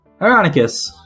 Ironicus